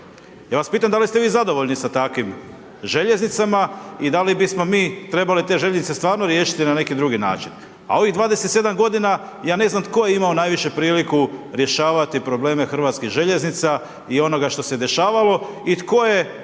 Ja vas pitam da li ste vi zadovoljni sa takvim željeznicama i da li bismo mi trebali te željeznice stvarno riješiti na neki drugi način. A ovih 27 godina, ja ne znam tko je imao najviše priliku rješavati probleme HŽ-a i onoga što se dešavalo i tko je